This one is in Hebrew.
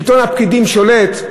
שלטון הפקידים שולט.